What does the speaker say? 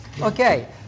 Okay